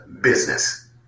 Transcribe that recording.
business